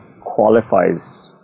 qualifies